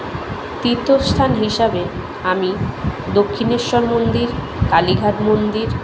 তীর্থ স্থান হিসাবে আমি দক্ষিণেশ্বর মন্দির কালীঘাট মন্দির